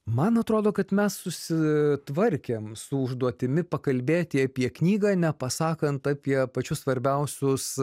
man atrodo kad mes susitvarkėm su užduotimi pakalbėti apie knygą nepasakant apie pačius svarbiausius